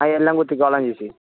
അതെല്ലാം കുത്തിക്കോളാം ചേച്ചി